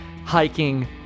hiking